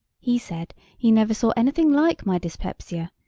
he said he never saw anything like my dyspepsia,